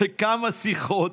כמה שיחות,